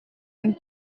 and